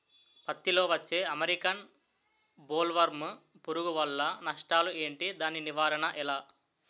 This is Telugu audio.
పత్తి లో వచ్చే అమెరికన్ బోల్వర్మ్ పురుగు వల్ల నష్టాలు ఏంటి? దాని నివారణ ఎలా?